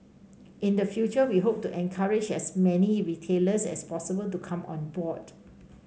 in the future we hope to encourage as many retailers as possible to come on board